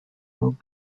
filled